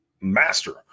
master